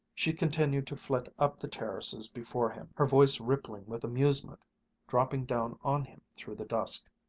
she continued to flit up the terraces before him, her voice rippling with amusement dropping down on him through the dusk.